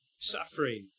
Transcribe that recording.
suffering